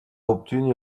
obtenu